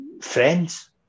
friends